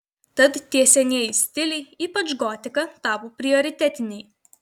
tad tie senieji stiliai ypač gotika tapo prioritetiniai